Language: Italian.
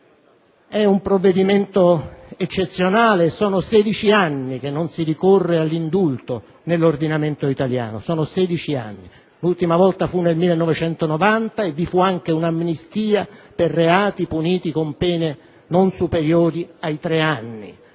È un provvedimento eccezionale, sono 16 anni che non si ricorre all'indulto nell'ordinamento italiano. Sono 16 anni: l'ultima volta fu nel 1990 e vi fu anche un'amnistia per reati puniti con pene non superiori ai tre anni.